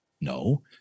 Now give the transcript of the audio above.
No